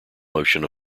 motion